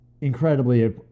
incredibly